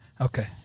Okay